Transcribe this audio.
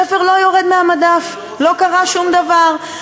ספר לא יורד מהמדף, לא קרה שום דבר.